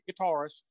guitarist